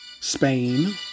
Spain